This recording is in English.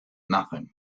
nothing